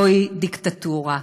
זוהי דיקטטורה.